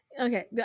okay